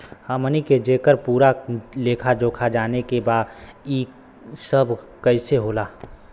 हमनी के जेकर पूरा लेखा जोखा जाने के बा की ई सब कैसे होला?